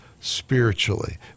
spiritually